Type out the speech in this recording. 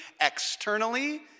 externally